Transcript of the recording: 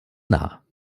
nahe